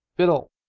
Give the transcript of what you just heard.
fiddle!